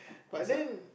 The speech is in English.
but then